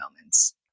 moments